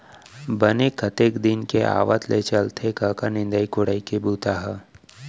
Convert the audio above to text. बने कतेक दिन के आवत ले चलथे कका निंदई कोड़ई के बूता ह?